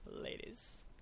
ladies